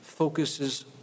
Focuses